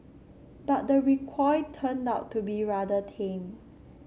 but the recoil turned out to be rather tame